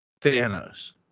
Thanos